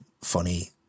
funny